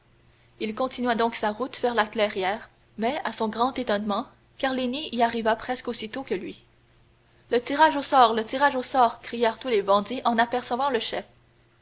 il continua donc sa route vers la clairière mais à son grand étonnement carlini y arriva presque aussitôt que lui le tirage au sort le tirage au sort crièrent tous les bandits en apercevant le chef